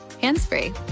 hands-free